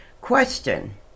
Question